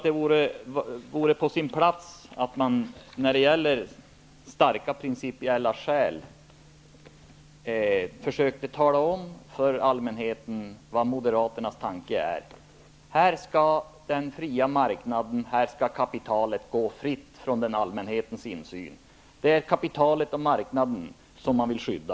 Det vore på sin plats att man när det gäller formuleringen ''starka principiella skäl'' talar om vad moderaternas tanke är: Här skall den fria marknaden och kapitalet gå fritt från allmänhetens insyn. Det är kapitalet och marknaden som man vill skydda.